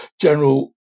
General